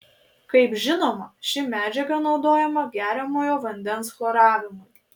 kaip žinoma ši medžiaga naudojama geriamojo vandens chloravimui